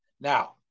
Now